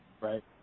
right